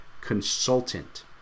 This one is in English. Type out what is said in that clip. consultant